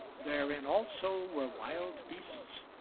therein also were wild beasts,